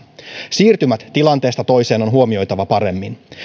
siirtymät tilanteesta toiseen on huomioitava paremmin